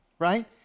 right